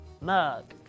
mug